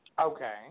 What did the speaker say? Okay